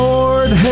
Lord